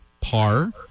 Par